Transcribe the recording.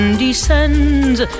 descends